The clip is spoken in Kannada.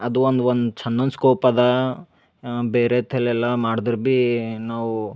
ಅದು ಒಂದು ಒಂದು ಚಂದೊಂದು ಸ್ಕೋಪ್ ಅದಾ ಬೇರೆ ಥೆಲ್ಲೆಲ್ಲಾ ಮಾಡ್ದ್ರ ಬೀ ನಾವು